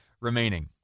remaining